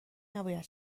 نباید